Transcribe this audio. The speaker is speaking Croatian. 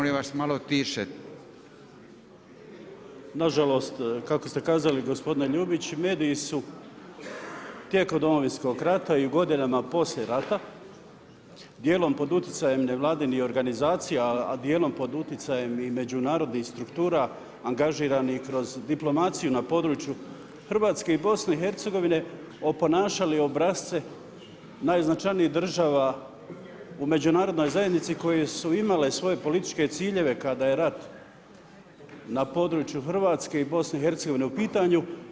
Nažalost, kako ste kazali gospodine Ljubić, mediji su tijekom Domovinskom rata i u godinama poslije rata dijelom pod utjecajem nevladinih organizacija, a dijelom i pod utjecajem i međunarodnih struktura angažiranih kroz diplomaciju, na području Hrvatske i BIH oponašali obrasce najznačajnih država u međunarodnoj zajednici koje su imale svoje političke ciljeve kada je rat na području Hrvatske i BIH u pitanju.